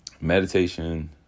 meditation